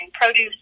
produce